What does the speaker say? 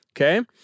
Okay